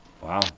Wow